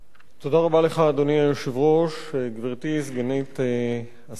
אדוני היושב-ראש, תודה רבה לך, גברתי סגנית השר,